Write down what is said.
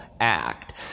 act